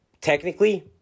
technically